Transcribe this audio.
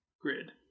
Grid